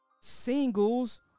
Singles